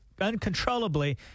uncontrollably